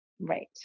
Right